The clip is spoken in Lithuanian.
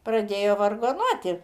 pradėjo vargonuoti